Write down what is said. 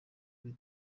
kuri